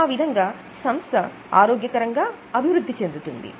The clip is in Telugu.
ఆ విధంగా సంస్థ ఆరోగ్యకరంగా అభివృద్ధి చెందుతుంది